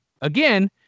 Again